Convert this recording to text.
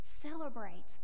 celebrate